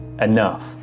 enough